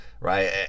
right